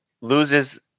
loses